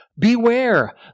Beware